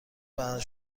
برنده